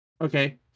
Okay